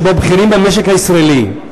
שבו בכירים במשק הישראלי,